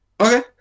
okay